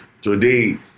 Today